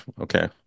okay